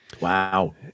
Wow